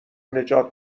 نجات